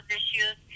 issues